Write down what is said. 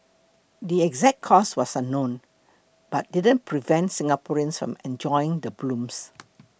the exact cause was unknown but didn't prevent Singaporeans from enjoying the blooms